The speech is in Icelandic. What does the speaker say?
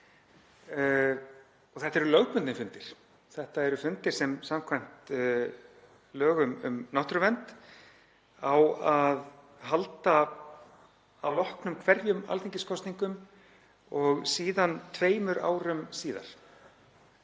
og þetta eru lögbundnir fundir. Þetta eru fundir sem samkvæmt lögum um náttúruvernd á að halda að loknum hverjum alþingiskosningum og síðan tveimur árum síðar.